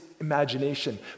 imagination